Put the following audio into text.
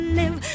live